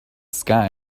sky